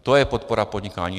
To je podpora podnikání.